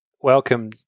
Welcome